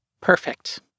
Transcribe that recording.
Perfect